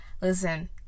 Listen